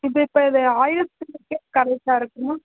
இது இப்போ இது ஆயில் ஸ்கின்க்கு கரெக்டாக இருக்குமா